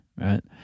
right